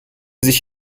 sich